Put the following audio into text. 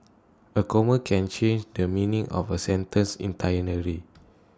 A comma can change the meaning of A sentence